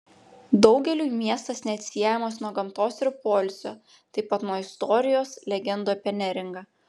daugeliui miestas neatsiejamas nuo gamtos ir poilsio taip pat nuo istorijos legendų apie neringą